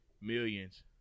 millions